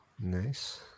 nice